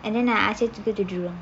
and then I ask her to go jewel